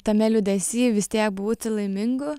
tame liūdesy vis tiek būti laimingu